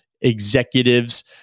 executives